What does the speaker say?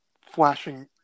flashing